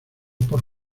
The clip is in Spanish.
por